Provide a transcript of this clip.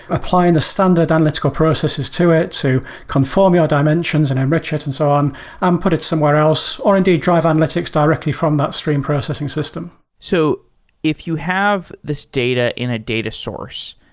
applying the standard analytical processes to it. so conform your dimensions and enrich it and so on and put it somewhere else, or indeed, drive analytics directly from that stream processing system. so if you have this data in a data source,